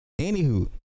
Anywho